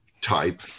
type